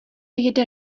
jede